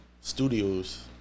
studios